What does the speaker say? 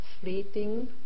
fleeting